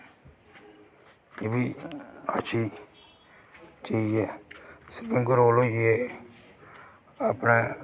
एह्बी अच्छी चीज़ ऐ स्प्रिंग रोल होई गे अपने